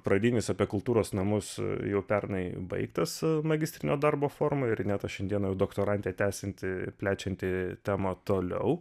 pradinis apie kultūros namus jau pernai baigtas magistrinio darbo forma ir ineta šiandiena jau doktorantė tęsianti plečianti temą toliau